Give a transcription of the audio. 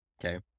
Okay